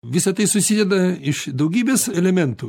visa tai susideda iš daugybės elementų